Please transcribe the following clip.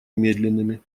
медленными